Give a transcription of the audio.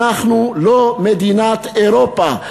אנחנו לא מדינה באירופה,